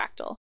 fractal